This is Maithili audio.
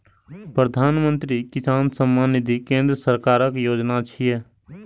प्रधानमंत्री किसान सम्मान निधि केंद्र सरकारक योजना छियै